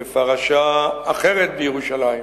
בפרשה אחרת בירושלים,